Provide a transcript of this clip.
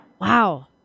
Wow